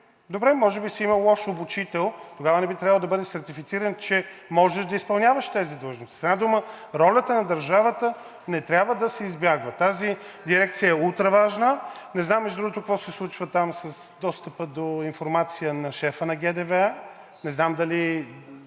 Добре, може би си имал лош обучител, тогава не би трябвало да бъдеш сертифициран, че можеш да изпълняваш тази длъжност. С една дума, ролята на държавата не трябва да се избягва, тази дирекция е ултра важна. Не знам, между другото, какво се случва там с достъпа до информация на шефа на ГД ГВА, не знам дали